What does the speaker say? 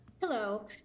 Hello